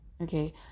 okay